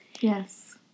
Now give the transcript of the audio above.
Yes